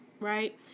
Right